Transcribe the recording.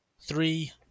three